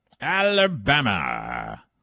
Alabama